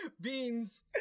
beans